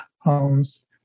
homes